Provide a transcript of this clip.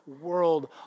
world